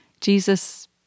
Jesus